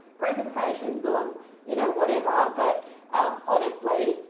presentations on you know whatever but honestly,